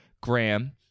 Graham